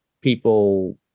people